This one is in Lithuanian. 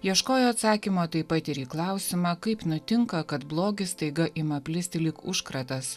ieškojo atsakymo taip pat ir į klausimą kaip nutinka kad blogis staiga ima plisti lyg užkratas